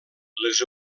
les